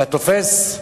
אתה תופס?